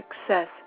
success